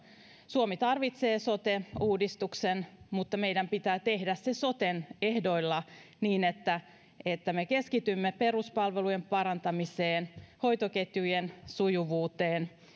suomi tarvitsee sote uudistuksen mutta meidän pitää tehdä se soten ehdoilla niin että että me keskitymme peruspalvelujen parantamiseen hoitoketjujen sujuvuuteen